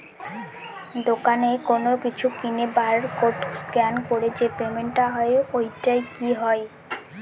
দোকানে কোনো কিছু কিনে বার কোড স্ক্যান করে যে পেমেন্ট টা হয় ওইটাও কি হয়?